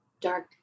dark